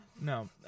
No